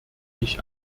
ich